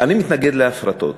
אני מתנגד להפרטות,